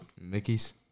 Mickey's